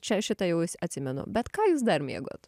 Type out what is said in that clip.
čia aš šitą jau atsimenu bet ką jūs dar mėgot